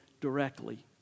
directly